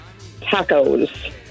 Tacos